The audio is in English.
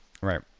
Right